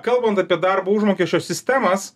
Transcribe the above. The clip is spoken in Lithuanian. kalbant apie darbo užmokesčio sistemas